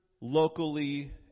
locally